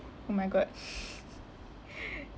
oh my god